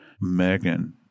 Megan